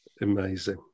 Amazing